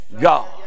God